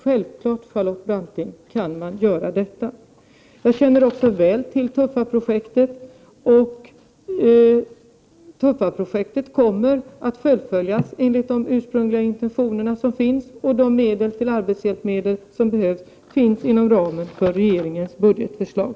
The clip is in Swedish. Självfallet, Charlotte Branting, kan man göra detta. Jag känner också väl till TUFFA-projektet. Det kommer att fullföljas enligt de ursprungliga intentionerna, och de medel till arbetshjälpmedel som behövs finns inom ramen för regeringens budgetförslag.